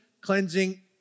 cleansing